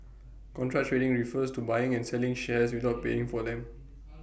contra trading refers to buying and selling shares without paying for them